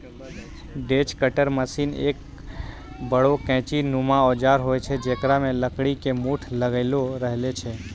hedge cutter machine एक बड़ो कैंची नुमा औजार होय छै जेकरा मॅ लकड़ी के मूठ लागलो रहै छै